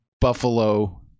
Buffalo